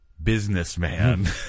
businessman